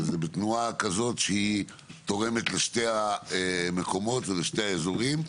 בתנועה כזאת שתורמת לשני המקומות ולשני האזורים.